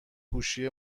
گوشی